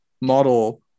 model